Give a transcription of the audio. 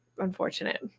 unfortunate